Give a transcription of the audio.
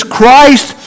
Christ